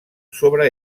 sobre